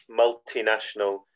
multinational